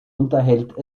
unterhält